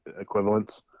equivalents